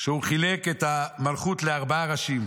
שהוא חילק את המלכות לארבעה ראשים,